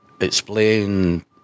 explain